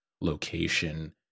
location